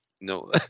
No